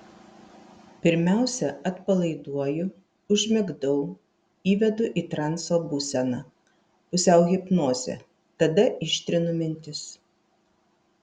pirmiausia atpalaiduoju užmigdau įvedu į transo būseną pusiau hipnozę tada ištrinu mintis